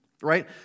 Right